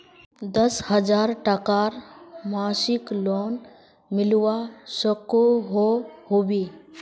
दस हजार टकार मासिक लोन मिलवा सकोहो होबे?